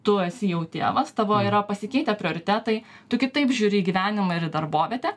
tu esi jau tėvas tavo yra pasikeitę prioritetai tu kitaip žiūri į gyvenimą ir į darbovietę